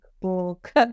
book